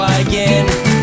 again